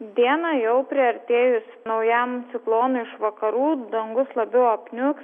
dieną jau priartėjus naujam ciklonui iš vakarų dangus labiau apniuks